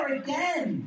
again